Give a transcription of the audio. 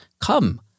come